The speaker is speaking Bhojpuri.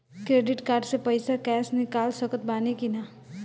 क्रेडिट कार्ड से पईसा कैश निकाल सकत बानी की ना?